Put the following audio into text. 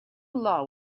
law